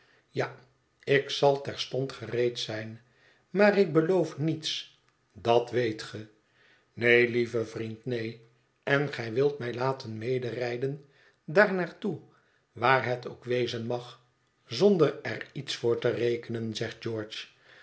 ja ik zal terstond gereed zijn maar ik beloof niets dat weet ge neen lieve vriend neen en gij wilt mij laten mederijden daar naar toe waar het ook wezen mag zonder er iets voor te rekenen zegt